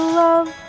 love